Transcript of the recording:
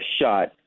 shot